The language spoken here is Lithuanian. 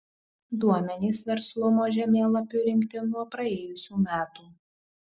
duomenys verslumo žemėlapiui rinkti nuo praėjusių metų